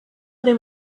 dem